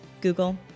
Google